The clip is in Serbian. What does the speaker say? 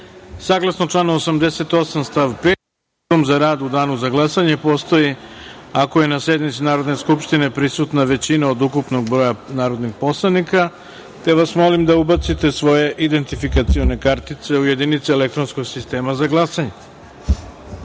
Narodne skupštine, kvorum za rad u danu za glasanje postoji, ako je na sednici Narodne skupštine prisutna većina od ukupnog broja narodnih poslanika, te vas molim da ubacite svoje identifikacione kartice u jedinice elektronskog sistema za